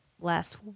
last